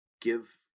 give